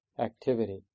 activity